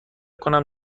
کنم